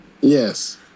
Yes